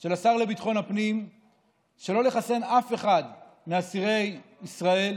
של השר לביטחון הפנים שלא לחסן אף אחד מאסירי ישראל,